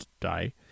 die